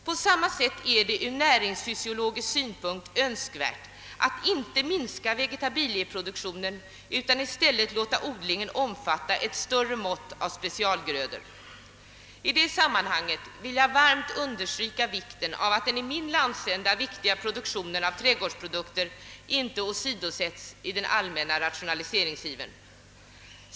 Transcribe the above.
På samma sätt är det ur näringsfysiologisk synpunkt önskvärt att inte minska vegetabilieproduktionen utan i stället låta odlingen omfatta ett större mått av specialgrödor. I det sammanhanget vill jag varmt understryka vikten av att den i min landsända så väsentliga produktionen av trädgårdsprodukter inte åsidosättes i den allmänna rationaliseringsivern.